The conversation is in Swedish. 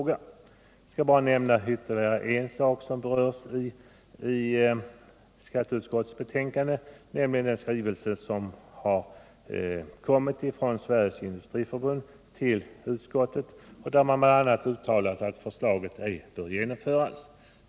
Jag skall bara nämna ytterligare en sak som berörs i skatteutskottets betänkande, nämligen den skrivelse som har kommit från Sveriges Industriförbund till utskottet, där det bl.a. uttalas att förslaget ej bör genomföras.